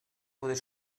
poder